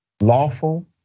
lawful